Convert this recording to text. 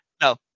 no